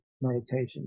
meditation